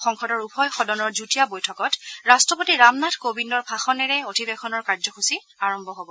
সংসদৰ উভয় সদনৰ যুটীয়া বৈঠকত ৰাষ্ট্ৰপতি ৰামনাথ কোবিন্দৰ ভাষণেৰে অধিৱেশনৰ কাৰ্যসূচী আৰম্ভ হ'ব